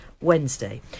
Wednesday